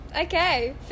Okay